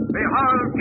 Behold